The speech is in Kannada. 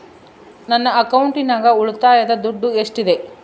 ನನ್ನ ಅಕೌಂಟಿನಾಗ ಉಳಿತಾಯದ ದುಡ್ಡು ಎಷ್ಟಿದೆ?